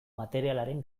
materialaren